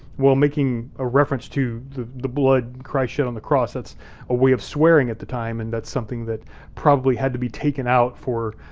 well, making a reference to the the blood christ shed on the cross, that's a way of swearing at the time and that's something that probably had to be taken out for